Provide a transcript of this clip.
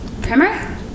Primer